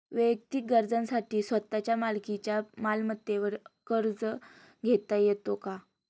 वैयक्तिक गरजांसाठी स्वतःच्या मालकीच्या मालमत्तेवर कर्ज घेता येतो का?